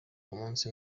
umunsi